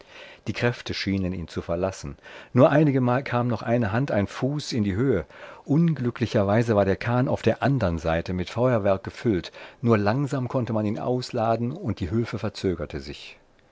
die kräfte schienen ihn zu verlassen nur einigemal kam noch eine hand ein fuß in die höhe unglücklicherweise war der kahn auf der andern seite mit feuerwerk gefüllt nur langsam konnte man ihn ausladen und die hülfe verzögerte sich